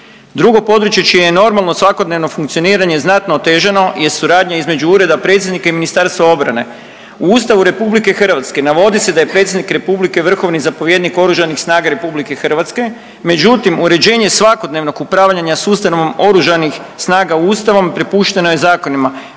Drugo područje čine normalno svakodnevno funkcioniranje je znatno otežano je suradnja između Ureda predsjednika i Ministarstva obrane. U Ustavu Republike Hrvatske navodi se da je Predsjednik Republike vrhovni zapovjednik Oružanih snaga Republike Hrvatske. Međutim, uređenje svakodnevnog upravljanja sustavom oružanih snaga Ustavom prepušteno je zakonima,